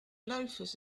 loafers